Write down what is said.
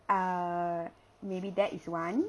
err maybe that is one